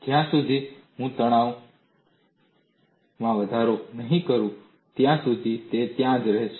જ્યાં સુધી હું તણાવમાં વધારો નહીં કરું ત્યાં સુધી તે ત્યાં જ રહેશે